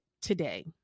today